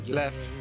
left